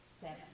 seven